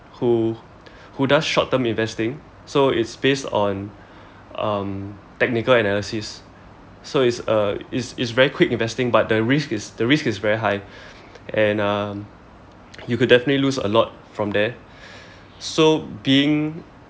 who who does short term investing so it's based on um technical analysis so it's uh it's it's very quick investing but the risk is the risk is very high and um you could definitely lose a lot from there so being